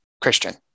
Christian